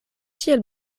tiel